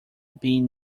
being